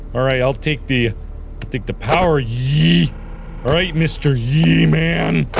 alright, i'll take the take the power, ye alright mister ye man!